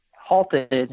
halted